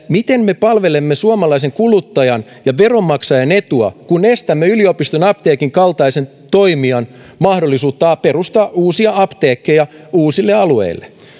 miten me palvelemme suomalaisen kuluttajan ja veronmaksajan etua kun estämme yliopiston apteekin kaltaisen toimijan mahdollisuutta perustaa uusia apteekkeja uusille alueille